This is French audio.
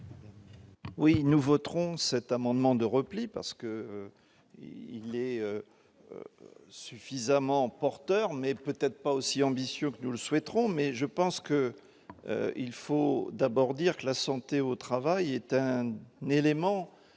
Oui nous voterons cet amendement de repli, parce que il est suffisamment porteur mais peut-être pas aussi ambitieux que nous le souhaiterons, mais je pense que il faut d'abord dire que la santé au travail était un n'éléments d'Eternit